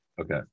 Okay